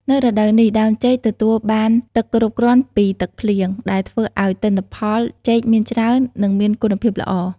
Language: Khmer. នៅរដូវនេះ ដើមចេកទទួលបានទឹកគ្រប់គ្រាន់ពីទឹកភ្លៀង ដែលធ្វើឲ្យទិន្នផលចេកមានច្រើន និងមានគុណភាពល្អ។